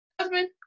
husband